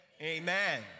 Amen